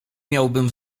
miałbym